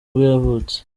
yavutse